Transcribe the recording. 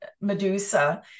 Medusa